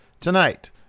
tonight